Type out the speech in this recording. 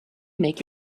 make